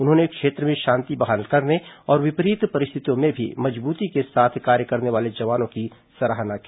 उन्होंने क्षेत्र में शांति बहाल करने और विपरीत परिस्थितियों में भी मजबूती के साथ कार्य करने वाले जवानों की सराहना की